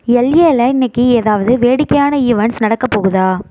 L ஏவில் இன்னிக்கு ஏதாவது வேடிக்கையான ஈவண்ட்ஸ் நடக்கப் போகுதா